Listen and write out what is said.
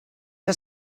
que